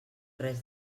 res